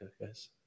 guys